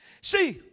See